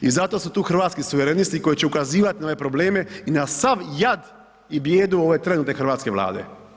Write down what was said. I zato su tu hrvatski suverenisti koji će ukazivati na ove probleme i na sav jad i bijedu ove trenutne hrvatske Vlade.